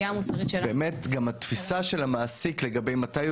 באמת גם התפיסה של המעסיק לגבי מתי הוא